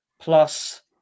plus